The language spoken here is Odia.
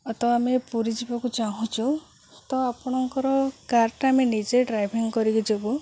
ତ ଆମେ ପୁରୀ ଯିବାକୁ ଚାହୁଁଛୁ ତ ଆପଣଙ୍କର କାର୍ଟା ଆମେ ନିଜେ ଡ୍ରାଇଭିଂ କରିକି ଯିବୁ